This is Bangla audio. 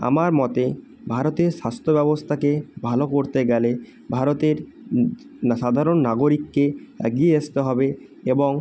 আমার মতে ভারতের স্বাস্থ্য ব্যবস্থাকে ভালো করতে গেলে ভারতের না সাধারণ নাগরিককে এগিয়ে আসতে হবে এবং